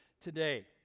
today